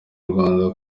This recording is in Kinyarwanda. rwanda